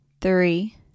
three